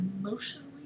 emotionally